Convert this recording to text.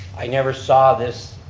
i never saw this,